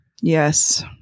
Yes